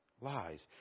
lies